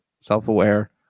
self-aware